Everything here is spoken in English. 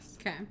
Okay